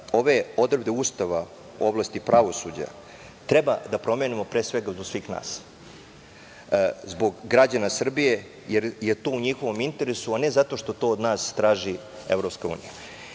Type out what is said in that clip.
ove odredbe Ustava u oblasti pravosuđa treba da promenimo, pre svega zbog svih nas, zbog građana Srbije, jer je to u njihovom interesu, a ne zato što to od nas traži